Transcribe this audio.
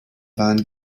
waren